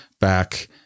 back